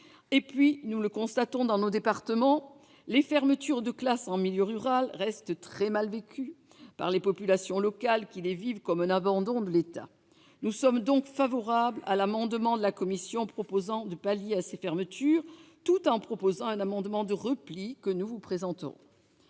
classes. Nous constatons également dans nos départements que les fermetures de classes en milieu rural restent très mal vécues par les populations locales, qui les ressentent comme un abandon de l'État. Nous sommes donc favorables à l'amendement de la commission de la culture visant à pallier ces fermetures, tout en proposant un amendement de repli que nous vous présenterons.